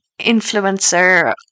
influencer